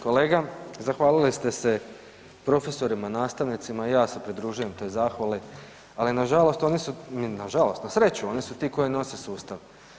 Kolega, zahvalili ste se profesorima, nastavnicima i ja se pridružujem toj zahvali, ali nažalost oni su, ne nažalost na sreću oni su ti koji nose sustav.